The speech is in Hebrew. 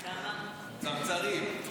צרצרים.